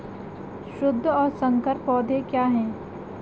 शुद्ध और संकर पौधे क्या हैं?